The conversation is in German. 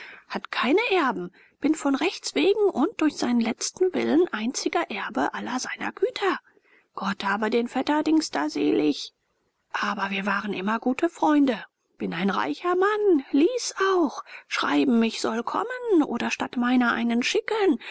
hat keine erben bin von rechts wegen und durch seinen letzten willen einziger erbe aller seiner güter gott habe den vetter dings da selig aber wir waren immer gute freunde bin ein reicher mann lies auch schreiben ich soll kommen oder statt meiner einen schicken